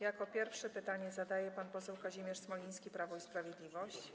Jako pierwszy pytanie zadaje pan poseł Kazimierz Smoliński, Prawo i Sprawiedliwość.